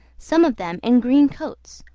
some of them in green coats,